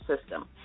system